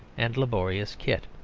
and laborious kit.